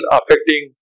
affecting